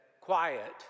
Quiet